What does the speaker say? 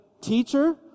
Teacher